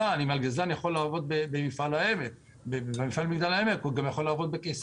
מלגזנים ומחסנאים יכולים לעבוד במפעל במגדל העמק וגם יכול בקיסריה